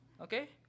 Okay